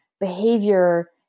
behavior